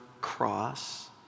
cross